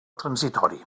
transitori